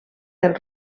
del